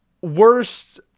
Worst